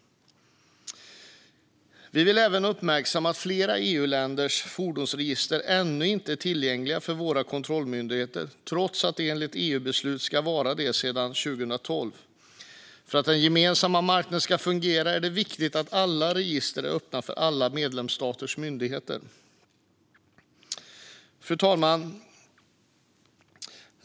Vi vill även uppmärksamma att flera EU-länders fordonsregister ännu inte är tillgängliga för våra kontrollmyndigheter trots att de enligt EU-beslut ska vara det sedan 2012. För att den gemensamma marknaden ska fungera är det viktigt att alla register är öppna för alla medlemsstaters myndigheter. Fru talman!